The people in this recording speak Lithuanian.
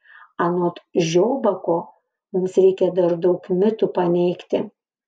anot žiobako mums reikia dar daug mitų paneigti